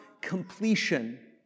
completion